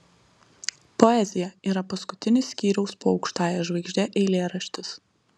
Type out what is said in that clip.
poezija yra paskutinis skyriaus po aukštąja žvaigžde eilėraštis